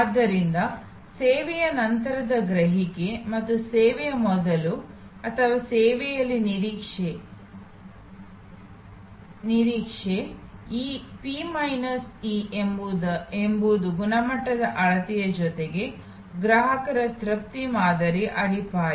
ಆದ್ದರಿಂದ ಸೇವೆಯ ನಂತರದ ಗ್ರಹಿಕೆ ಮತ್ತು ಸೇವೆಯ ಮೊದಲು ಅಥವಾ ಸೇವೆಯಲ್ಲಿನ ನಿರೀಕ್ಷೆ ಈ ಪಿ ಮೈನಸ್ ಇ ಎಂಬುದು ಗುಣಮಟ್ಟದ ಅಳತೆಯ ಜೊತೆಗೆ ಗ್ರಾಹಕರ ತೃಪ್ತಿ ಮಾದರಿಗಳ ಅಡಿಪಾಯ